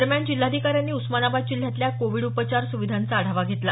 दरम्यान जिल्हाधिकाऱ्यांनी उस्मानाबाद जिल्ह्यातल्या कोविड उपचार सुविधांचा आढावा घेतला